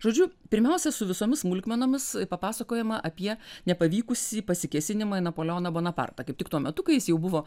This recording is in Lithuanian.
žodžiu pirmiausia su visomis smulkmenomis papasakojama apie nepavykusį pasikėsinimą į napoleoną bonapartą kaip tik tuo metu kai jis jau buvo